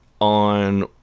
on